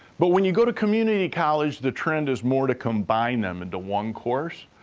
but when you go to community college, the trend is more to combine them into one course,